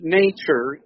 nature